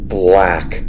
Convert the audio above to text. black